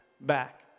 back